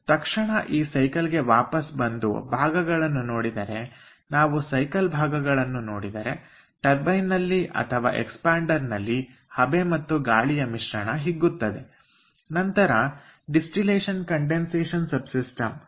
ತಕ್ಷಣ ಈ ಸೈಕಲ್ ಗೆ ವಾಪಸ್ ಬಂದು ಭಾಗಗಳನ್ನು ನೋಡಿದರೆ ನಾವು ಸೈಕಲ್ ಭಾಗಗಳನ್ನು ನೋಡಿದರೆ ಟರ್ಬೈನ್ನಲ್ಲಿ ಅಥವಾ ಎಕ್ಸ್ಪಾಂಡರ್ ನಲ್ಲಿ ಹಬೆ ಮತ್ತು ಗಾಳಿಯ ಮಿಶ್ರಣ ಹಿಗ್ಗುತ್ತದೆ